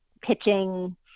pitching